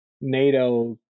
NATO